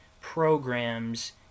programs